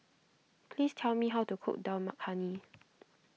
please tell me how to cook Dal Makhani